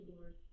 Lord